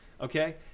okay